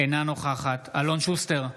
אינה נוכחת אלון שוסטר,